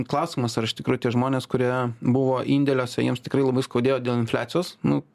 klausimas ar iš tikrųjų tie žmonės kurie buvo indėliuose jiems tikrai labai skaudėjo dėl infliacijos nu